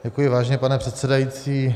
Děkuji, vážený pane předsedající.